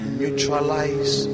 neutralize